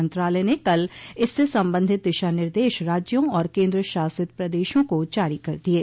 मंत्रालय ने कल इससे संबंधित दिशा निर्देश राज्यों और केन्द्र शासित प्रदेशों को जारी कर दिये